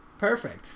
Perfect